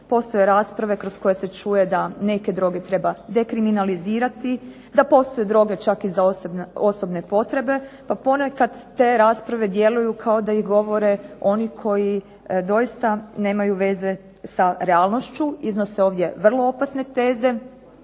postoje rasprave kroz koje se čuje da neke droge treba dekriminalizirati, da postoje droge čak i za osobne potrebe, pa ponekad te rasprave djeluju kao da ih govore oni koji doista nemaju veze sa realnošću, iznose ovdje vrlo opasne teze,